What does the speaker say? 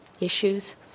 issues